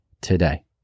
today